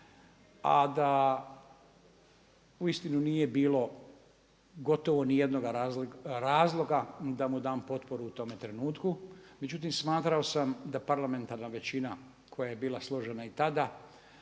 a da uistinu nije bilo gotovo ni jednoga razloga ni da mu dam potporu u tome trenutku. Međutim, smatrao sam da parlamentarna većina koja je bila složena i tada,